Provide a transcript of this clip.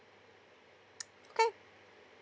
okay